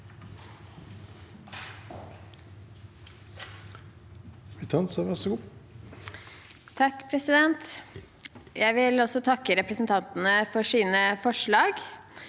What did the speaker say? Jeg vil også takke re- presentantene for deres forslag.